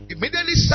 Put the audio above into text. Immediately